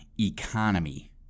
economy